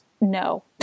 no